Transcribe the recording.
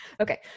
Okay